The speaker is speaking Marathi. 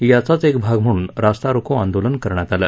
याचाच एक भाग म्हणून रस्ता रोको आंदोलन करण्यात आलं